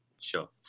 Sure